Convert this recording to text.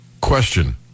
Question